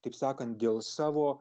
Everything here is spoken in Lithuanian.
taip sakant dėl savo